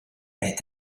est